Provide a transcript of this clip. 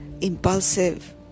impulsive